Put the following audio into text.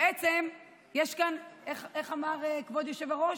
בעצם יש כאן, איך אמר כבוד היושב-ראש?